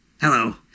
Hello